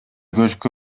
көчкү